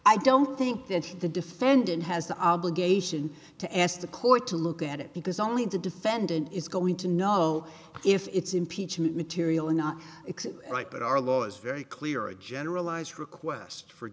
i don't think that the defendant has the obligation to ask the court to look at it because only the defendant is going to know if it's impeachment material or not right but our law is very clear a generalized request for